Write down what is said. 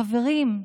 חברים,